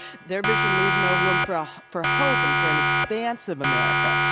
their vision leaves no room for ah for hope and for an expansive america.